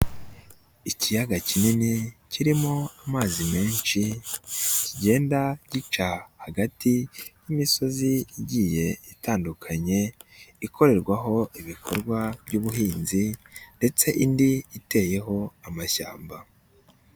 Ikiyaga kinini kirimo amazi menshi kigenda gica hagati y'imisozi igiye itandukanye ikorerwaho ibikorwa by'ubuhinzi ndetse indi iteyeho amashyamba.